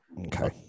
okay